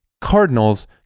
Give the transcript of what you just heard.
Cardinals